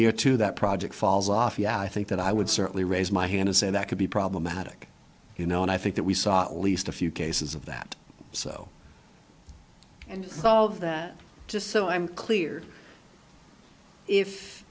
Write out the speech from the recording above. year to that project falls off yeah i think that i would certainly raise my hand and say that could be problematic you know and i think that we saw at least a few cases of that so and so that just so i'm clear if